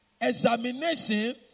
examination